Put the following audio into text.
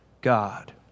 God